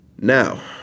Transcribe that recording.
Now